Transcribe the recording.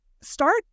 start